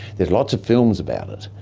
there's lots of films about it,